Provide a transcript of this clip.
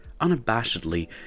unabashedly